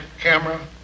camera